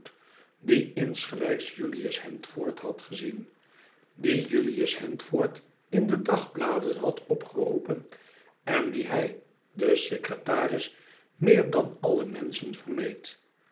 die insgelijks julius handford had gezien die julius handford inde dagbladen had opgeroepen en dien hij de secretaris meer dan alle menschen vermeed